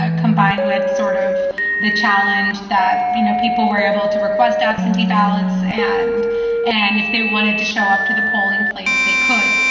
ah combined with sort of the challenge that, you know, people were able to request absentee ballots and and if they wanted to show up to the polling place, they could.